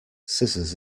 scissors